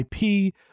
IP